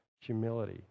humility